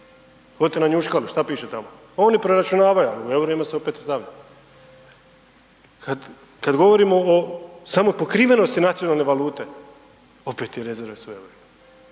odite na Njuškalo, šta piše tamo, oni preračunavaju, a u EUR-ima se opet stavlja, kad, kad govorimo o samo pokrivenosti nacionalne valute, opet i rezerve su